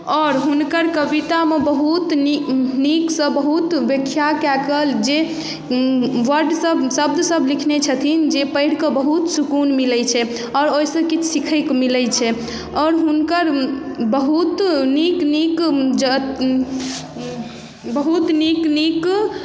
आओर हुनकर कवितामे बहुत नीक नीक सँ बहुत व्याख्या कए कऽ जे वर्ड सभ शब्द सभ लिखने छथिन जे पढ़ि कऽ बहुत सुकुन मिलै छै आओर ओहि सँ किछु सिखैके मिलै छै आओर हुनकर बहुत नीक नीक जऽ बहुत नीक नीक